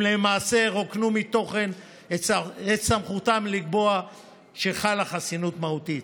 הם למעשה רוקנו מתוכן את סמכותם לקבוע שחלה חסינות מהותית.